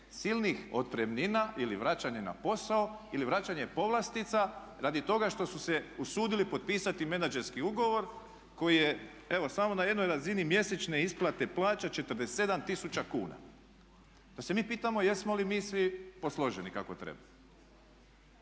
silnih otpremnina ili vraćanje na posao ili vraćanje povlastica radi toga što su se usudili potpisati menadžerski ugovor koji je evo samo na jednoj razini mjesečne isplate plaća 47 tisuća kuna. Pa se mi pitamo jesmo li mi svi posloženi kako treba.